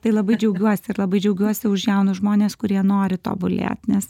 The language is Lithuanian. tai labai džiaugiuosi ir labai džiaugiuosi už jaunus žmones kurie nori tobulėt nes